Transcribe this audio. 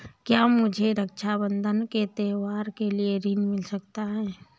क्या मुझे रक्षाबंधन के त्योहार के लिए ऋण मिल सकता है?